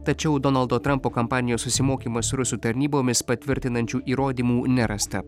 tačiau donaldo trampo kampanijos susimokymą su rusų tarnybomis patvirtinančių įrodymų nerasta